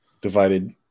divided